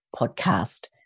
Podcast